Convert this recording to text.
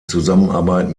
zusammenarbeit